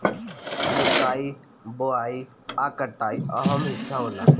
जोताई बोआई आ कटाई अहम् हिस्सा होला